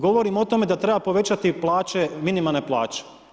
Govorim o tome da treba povećati plaće, minimalne plaće.